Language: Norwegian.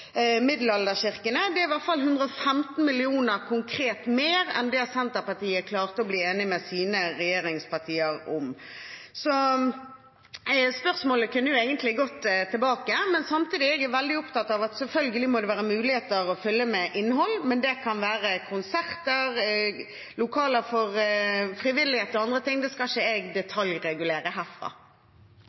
middelalderkirkene. Det er i hvert fall konkret 115 mill. kr mer enn det Senterpartiet klarte å bli enig med sin regjeringspartner og samarbeidspartiet om. Så spørsmålet kunne egentlig gått tilbake. Samtidig er jeg veldig opptatt av at det selvfølgelig må være muligheter til å fylle dem med innhold, men det kan være konserter, lokaler for frivillighet og andre ting. Det skal ikke jeg detaljregulere herfra.